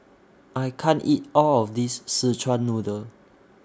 I can't eat All of This Szechuan Noodle